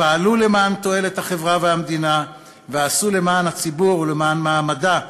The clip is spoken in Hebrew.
פעלו למען תועלת החברה והמדינה ועשו למען הציבור ולמען מעמדה,